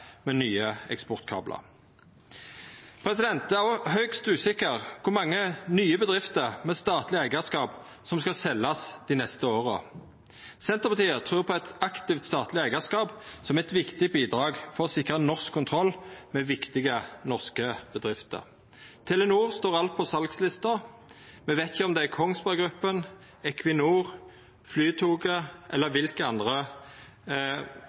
med nye eksportkablar. Det er også høgst usikkert kor mange nye bedrifter med statleg eigarskap som skal seljast dei neste åra. Senterpartiet trur på eit aktivt statleg eigarskap som eit viktig bidrag for å sikra norsk kontroll med viktige norske bedrifter. Telenor står alt på salslista. Me veit ikkje om det er Kongsberg Gruppen, Equinor, Flytoget eller kva for andre